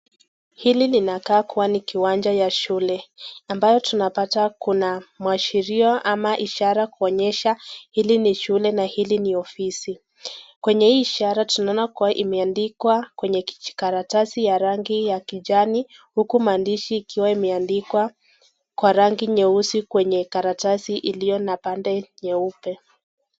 Hili linakaa kuwa ni kiwanja ya shule, ambayo tunapata kuna mwashirio ama ishara kuonyesha hili ni shule na hili ni ofisi. kwenye hii ishara tunaona kuwa imeandikwa kwenye kijikaratasi ya rangi ya kijani, huku maandishi ikiwa imeandikwa kwa rangi nyeusi kwenye karatasi iliyo na pande nyeupe.